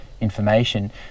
information